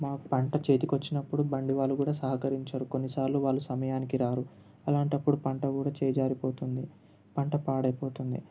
మాకు పంట చేతికి వచ్చినప్పుడు బండి వాళ్ళు కూడా సహకరించారు కొన్నిసార్లు వాళ్ళు సమయానికి రారు అలాంటప్పుడు పంట కూడా చేజారిపోతుంది పంట పాడైపోతుంది